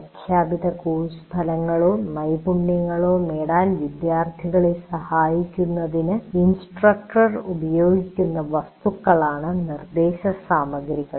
പ്രഖ്യാപിത കോഴ്സ് ഫലങ്ങളോ നൈപുണ്യങ്ങളോ നേടാൻ വിദ്യാർത്ഥികളെ സഹായിക്കുന്നതിന് ഇൻസ്ട്രക്ടർ ഉപയോഗിക്കുന്ന വസ്തുക്കളാണ് നിർദ്ദേശസാമഗ്രികൾ